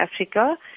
Africa